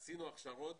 עשינו הכשרות